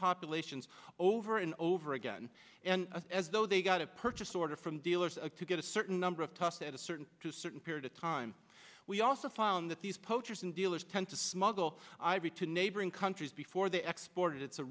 populations over and over again and as though they got a purchase order from dealers a to get a certain number of tests at a certain to certain period of time we also found that these poachers and dealers tend to smuggle ivory to neighboring countries before they export it's a